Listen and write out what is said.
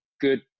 good